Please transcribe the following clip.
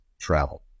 travel